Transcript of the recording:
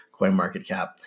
CoinMarketCap